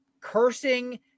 cursing